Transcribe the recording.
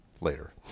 later